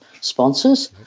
sponsors